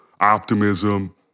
optimism